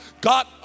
God